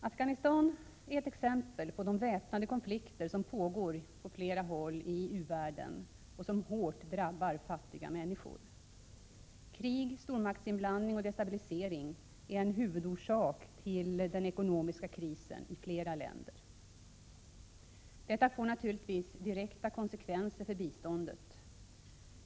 Afghanistan är ett exempel på de väpnade konflikter som pågår på flera håll i u-världen och som hårt drabbar fattiga människor. Krig, stormaktsinblandning och destabilisering är en huvudorsak till den ekonomiska krisen i flera länder. Detta får givetvis direkta konsekvenser för biståndet.